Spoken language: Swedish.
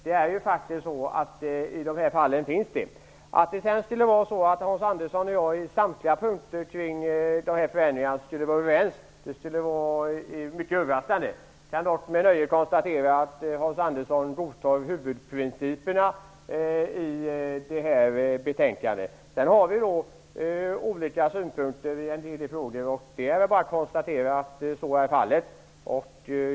Det skulle vara mycket överraskande om Hans Andersson och jag var överens på samtliga punkter i fråga om förändringarna. Jag kan dock med nöje konstatera att Hans Andersson godtar huvudprinciperna i betänkandet. Vi har olika synpunkter i en del frågor, och det är bara att konstatera att så är fallet.